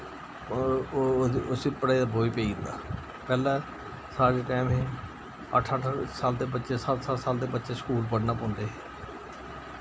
ओह् उस्सी पढ़ाई दा बोज पेई जंदा पैह्लै साढ़े टैम हे अट्ठ अट्ठ साल दे बच्चे सत्त सत्त साल दे बच्चे स्कूल पढ़न पांदे हे